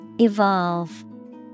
Evolve